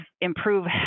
improve